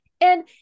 And-